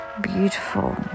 beautiful